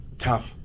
tough